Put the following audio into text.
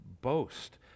boast